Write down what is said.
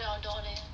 yeah don't eh